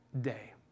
day